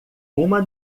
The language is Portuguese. uma